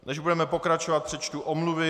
Než budeme pokračovat, přečtu omluvy.